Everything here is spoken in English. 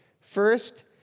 First